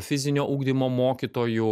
fizinio ugdymo mokytojų